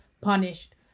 punished